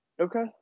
Okay